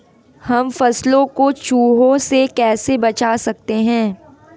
हम फसलों को चूहों से कैसे बचा सकते हैं?